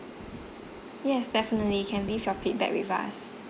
yes definitely you can leave your feedback with us